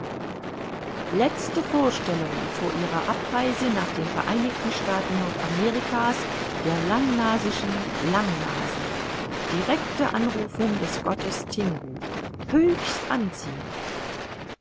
letzte vorstellungen vor ihrer abreise nach den vereinigten staaten nordamerika's der langnasischen lang nasen directe anrufung des gottes tingu höchst anziehend